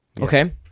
okay